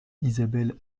isabelle